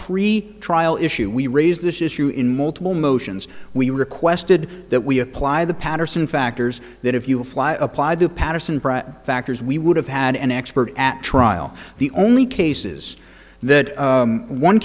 pre trial issue we raised this issue in multiple motions we requested that we apply the patterson factors that if you fly apply the patterson factors we would have had an expert at trial the only cases that